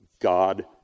God